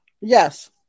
Yes